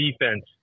defense